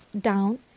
down